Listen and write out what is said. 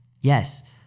yes